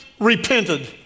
Repented